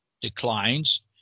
declines